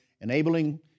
enabling